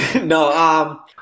no